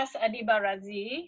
Adibarazi